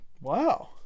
wow